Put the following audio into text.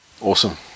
Awesome